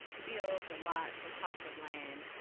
fields or lots or plots of land,